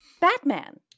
Batman